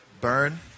Burn